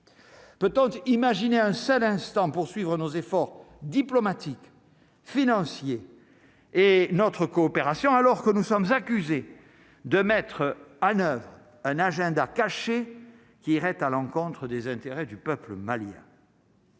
peut-on imaginer un seul instant poursuivre nos efforts diplomatiques financiers et notre coopération alors que nous sommes accusés de mettre à 9 un agenda caché qui irait à l'encontre des intérêts du peuple malien.